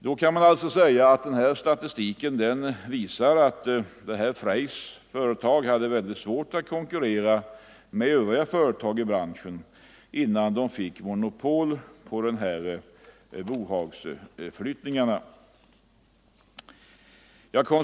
Denna statistik visar alltså att Freys hade mycket svårt att konkurrera med övriga företag i branschen innan företaget fick monopol på bohagsflyttningarna.